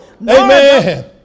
Amen